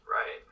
Right